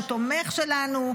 שהוא תומך שלנו,